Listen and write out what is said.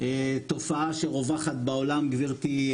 תופעה שרווחת בעולם גברתי,